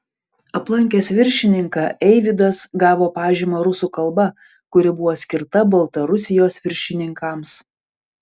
aplankęs viršininką eivydas gavo pažymą rusų kalba kuri buvo skirta baltarusijos viršininkams